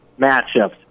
matchups